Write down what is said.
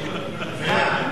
הצבעה.